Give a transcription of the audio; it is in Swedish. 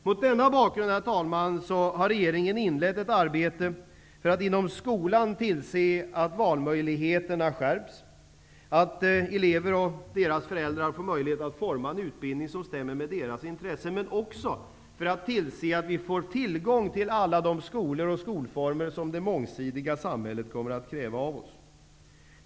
Mot denna bakgrund, herr talman, har regeringen inlett ett arbete för att inom skolan tillse att valmöjligheterna skärps, att elever och deras föräldrar får möjlighet att forma en utbildning som stämmer med deras intressen men också för att tillse att vi får tillgång till alla de skolor och skolformer som det mångsidiga samhället kommer att kräva av oss.